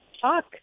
talk